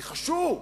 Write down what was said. ניחשו,